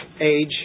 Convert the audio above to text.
age